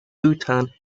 bhutan